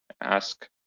ask